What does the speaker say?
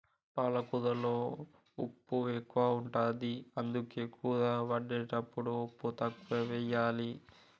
పాలకూరలో ఉప్పు ఎక్కువ ఉంటది, అందుకే కూర వండేటప్పుడు ఉప్పు తక్కువెయ్యాలి